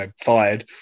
fired